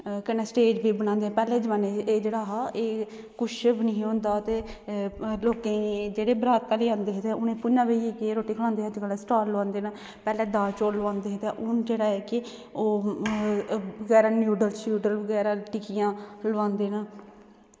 कन्नै स्टेज बी बनांदे न पैह्ले जमान्ने च एह् जेह्ड़ा हा एह् कुछ बी निं होंदा ते लोकें गी जेह्ड़े बरातै आह्ले आंदे हे ते उनेईं भुञां बेहियै रुट्टी केह् खलांदे हे अज्जकल स्टाल लोआंदे न ते पैह्लें दाल चौल लोआंदे हे ते हून जेह्ड़ा ऐ कि ओह् बगैरा नूडल्स शूडल्स बगैरा टिक्कियां लोआंदे न